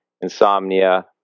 insomnia